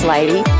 Lady